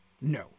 No